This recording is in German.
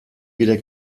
weder